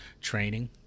training